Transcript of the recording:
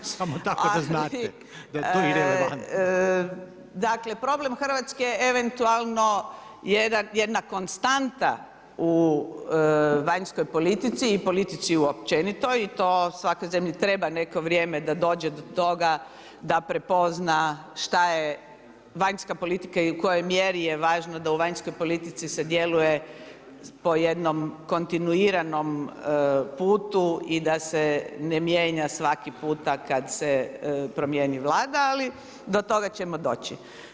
Dakle problem Hrvatske je eventualno jedna konstanta u vanjskoj politici i politici u općenitoj i to svakoj zemlji treba neko vrijeme da dođe do toga da prepozna šta je vanjska politika i u kojoj mjeri je važno da u vanjskoj politici se djeluje po jednom kontinuiranom putu i da se ne mijenja svaki puta kada se promijeni Vlada ali do toga ćemo doći.